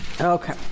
Okay